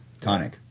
Tonic